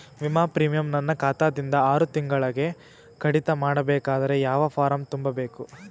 ವಿಮಾ ಪ್ರೀಮಿಯಂ ನನ್ನ ಖಾತಾ ದಿಂದ ಆರು ತಿಂಗಳಗೆ ಕಡಿತ ಮಾಡಬೇಕಾದರೆ ಯಾವ ಫಾರಂ ತುಂಬಬೇಕು?